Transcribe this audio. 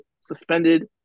suspended